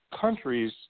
countries